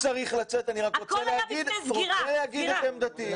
קטי, אני צריך לצאת, אני רק רוצה להגיד את עמדתי.